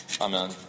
Amen